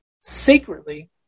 secretly